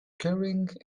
carrying